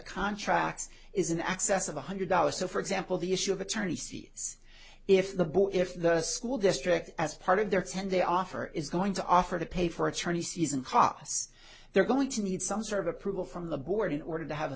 contract is an excess of one hundred dollars so for example the issue of attorney sees if the boy if the school district as part of their ten day offer is going to offer to pay for attorney season costs they're going to need some sort of approval from the board in order to have a